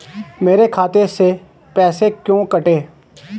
मेरे खाते से पैसे क्यों कटे?